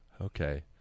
Okay